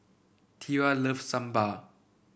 Tera loves Sambar